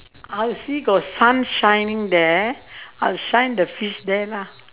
I see got sun shining there I will shine the fish there lah